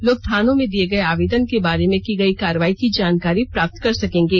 लोग थानों में दिए गए आवेदन के बारे में की गई कार्रवाई की जानकारी प्राप्त कर सकेंगे